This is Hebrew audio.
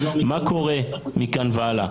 מה קורה מכאן והלאה?